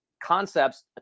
concepts